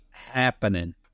happening